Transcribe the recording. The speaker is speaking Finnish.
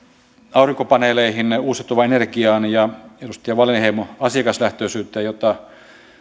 aurinkopaneeleihin uusiutuvaan energiaan ja edustaja wallinheimo asiakaslähtöisyyteen jota